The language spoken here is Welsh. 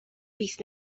fis